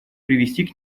привести